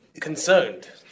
Concerned